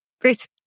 Great